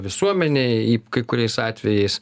visuomenei kai kuriais atvejais